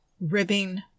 ribbing